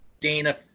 Dana